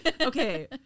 Okay